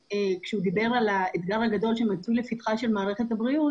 דיבר בפתח הדברים על האתגר הגדול שמצוי לפתחה של מערכת הבריאות,